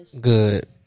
Good